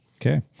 Okay